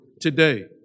today